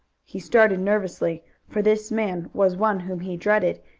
he started nervously, for this man was one whom he dreaded,